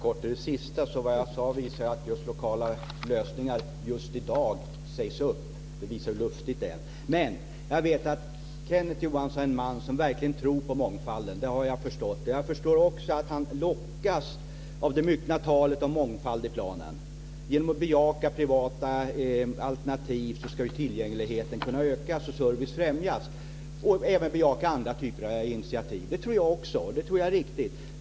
Fru talman! Vad jag sade visar ju att lokala lösningar just i dag sägs upp. Det visar hur luftigt detta är. Men jag vet att Kenneth Johansson är en man som verkligen tror på mångfalden. Det har jag förstått. Jag förstår också att han lockas av det myckna talet om mångfald i planen. Genom att man bejakar privata alternativ och andra typer av initiativ ska ju tillgängligheten kunna öka och service främjas. Det tror jag också är riktigt.